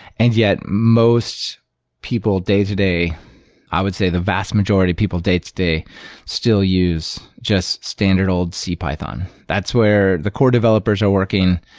and yet most people day-to-day, i would say the vast majority people day-to-day still use just standard, old c python. that's where the core developers are working.